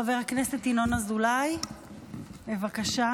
חבר הכנסת ינון אזולאי, בבקשה.